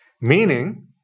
Meaning